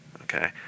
okay